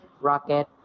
Rocket